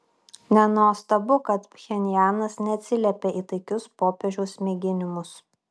nenuostabu kad pchenjanas neatsiliepė į taikius popiežiaus mėginimus